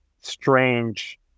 strange